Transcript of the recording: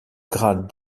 grade